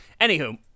Anywho